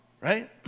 Right